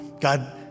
God